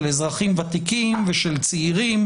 של אזרחים ותיקים ושל צעירים,